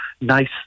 nice